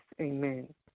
Amen